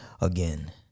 again